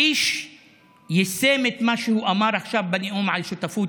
האיש יישם את מה שהוא אמר עכשיו בנאום על שותפות